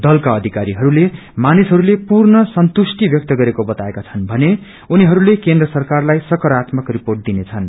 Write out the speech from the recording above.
दलाका अधिकारीहरूले मानिसहरूले पूर्ण ससंतुष्टी व्वयक्त गरेको बताएका छन् भने उनीहरूले केन्द्र सरकारलाई सकारात्मक रिपोेट दिनेछन्